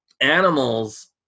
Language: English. Animals